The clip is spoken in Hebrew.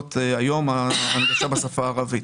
עולות היום בהנגשה לשפה הערבית.